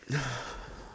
ya